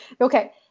Okay